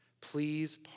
Please